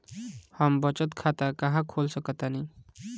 हम बचत खाता कहां खोल सकतानी?